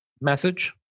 message